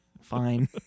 Fine